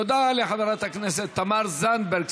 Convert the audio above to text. תודה לחברת הכנסת תמר זנדברג.